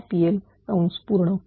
TP x1 म्हणून x1